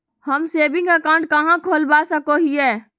हम saving account कहाँ खोलवा सको हियै?